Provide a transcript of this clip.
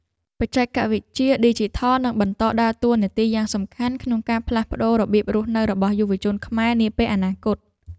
បច្ចេកវិទ្យាឌីជីថលនឹងបន្តដើរតួនាទីយ៉ាងសំខាន់ក្នុងការផ្លាស់ប្តូររបៀបរស់នៅរបស់យុវជនខ្មែរនាពេលអនាគត។